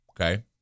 okay